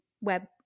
web